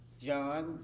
John